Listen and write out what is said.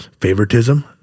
favoritism